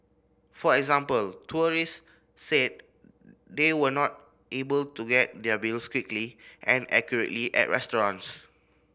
for example tourist said they were not able to get their bills quickly and accurately at restaurants